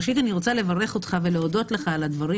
ראשית אני רוצה לברך אותך ולהודות לך על הדברים